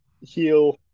heal